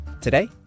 Today